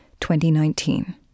2019